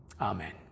Amen